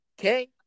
okay